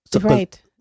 right